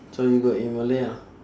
so you good in malay ah